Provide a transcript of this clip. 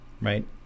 right